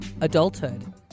adulthood